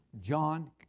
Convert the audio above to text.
John